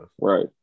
Right